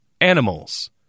Animals